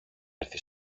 έρθει